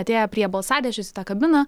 atėję prie balsadėžės į tą kabiną